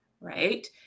right